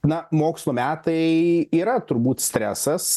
na mokslo metai yra turbūt stresas